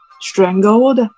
strangled